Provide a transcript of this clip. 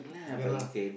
kay lah